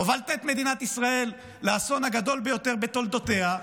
הובלת את מדינת ישראל לאסון הגדול ביותר בתולדותיה.